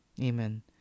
Amen